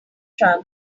truck